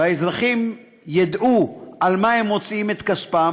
והאזרחים ידעו על מה הם מוציאים את כספם.